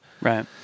Right